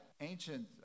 ancient